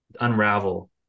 unravel